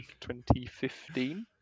2015